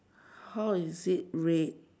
how is it red